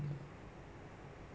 definitely better lor